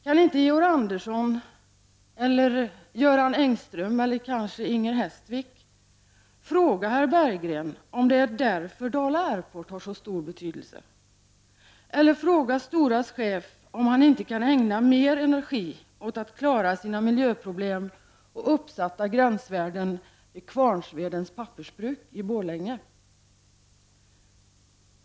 Kan inte Georg Andersson eller Göran Engström eller kanske Inger Hestvik fråga herr Berggren om det är därför Dala Airport har så stor betydelse eller fråga STORA:s chef om han inte kan ägna mer energi åt att klara sina miljöproblem och uppsatta gränsvärden vid Kvarnsvedens Pappersbruk i Borlänge?